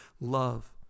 love